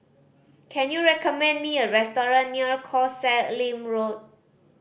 can you recommend me a restaurant near Koh Sek Lim Road